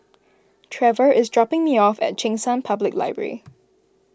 Trever is dropping me off at Cheng San Public Library